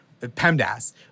PEMDAS